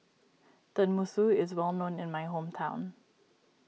Tenmusu is well known in my hometown